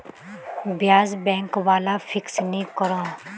ब्याज़ बैंक वाला फिक्स नि करोह